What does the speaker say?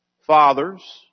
Fathers